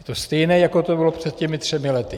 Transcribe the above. Je to stejné, jako to bylo před těmi třemi lety.